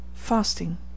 Fasting